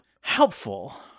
helpful